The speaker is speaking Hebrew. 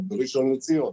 או בראשון לציון.